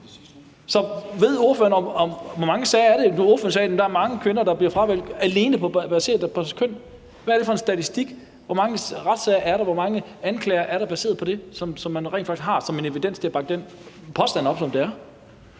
det? Ordføreren sagde, at der er mange kvinder, der bliver fravalgt alene på grund af deres køn. Hvad er det for en statistik? Hvor mange retssager er der? Hvor mange anklager er baseret på det, som man rent faktisk har som evidens til at bakke den påstand op, som det er?